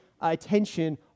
attention